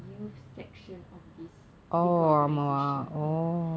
youth section of this bigger organisation